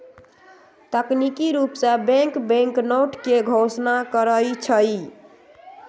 तकनिकी रूप से बैंक बैंकनोट के घोषणा करई छई